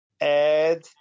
add